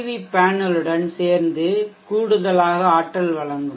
we பேனலுடன் சேர்ந்து கூடுதலாக ஆற்றல் வழங்கும்